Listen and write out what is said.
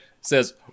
says